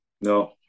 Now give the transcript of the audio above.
No